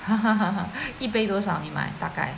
一杯多少你买大概